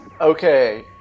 Okay